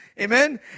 Amen